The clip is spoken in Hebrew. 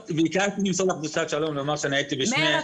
ביקשתי למסור לך דרישת שלום ולומר שהייתי בשני --- מאיר,